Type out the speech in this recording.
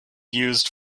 used